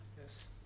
Yes